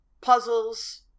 puzzles